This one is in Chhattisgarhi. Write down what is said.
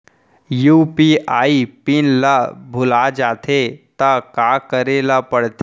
यू.पी.आई पिन ल भुला जाथे त का करे ल पढ़थे?